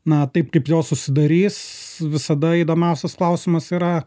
na taip kaip jos susidarys visada įdomiausias klausimas yra